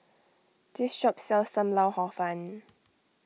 this shop sells Sam Lau Hor Fun